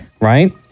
Right